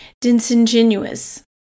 disingenuous